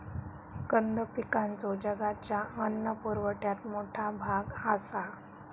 कंद पिकांचो जगाच्या अन्न पुरवठ्यात मोठा भाग आसा